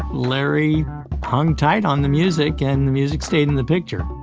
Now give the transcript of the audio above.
larry hung tight on the music, and the music stayed in the picture.